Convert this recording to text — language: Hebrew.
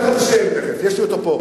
אני אתן לך את השם תיכף, יש לי אותו פה.